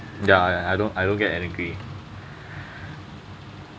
ya I I don't I don't get angry